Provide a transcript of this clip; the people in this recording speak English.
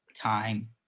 time